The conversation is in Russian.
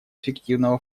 эффективного